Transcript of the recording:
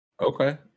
Okay